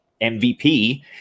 MVP